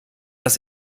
das